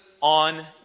on